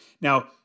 Now